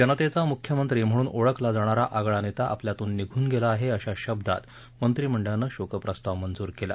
जनतेचा मुख्यमंत्री म्हणून ओळखला जाणारा आगळा नेता आपल्यातून निघून गेला आहे अशा शब्दात मंत्रिमंडळानं शोकप्रस्ताव मंजूर केला